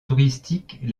touristiques